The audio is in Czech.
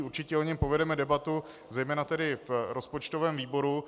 Určitě o něm povedeme debatu, zejména v rozpočtovém výboru.